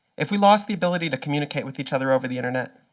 if we lost the ability to communicate with each other over the internet,